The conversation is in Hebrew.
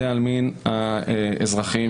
14 מיליון שקלים האלה לכלל בתי העלמין האזרחיים.